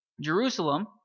Jerusalem